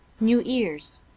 new ears,